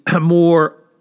more